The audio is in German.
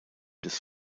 des